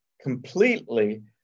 completely